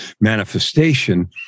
manifestation